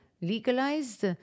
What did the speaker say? legalized